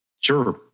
sure